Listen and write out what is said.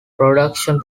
production